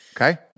okay